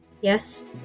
Yes